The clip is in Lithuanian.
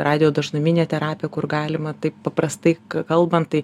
radiodažnuminė terapija kur galima taip paprastai kalbant tai